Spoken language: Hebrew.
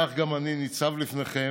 כך גם אני ניצב בפניכם